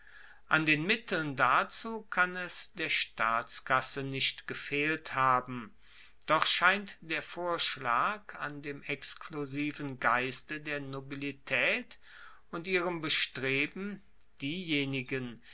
an den mitteln dazu kann es der staatskasse nicht gefehlt haben doch scheint der vorschlag an dem exklusiven geiste der nobilitaet und ihrem bestreben diejenigen